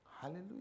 Hallelujah